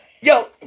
Yo